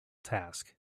task